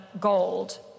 gold